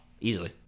easily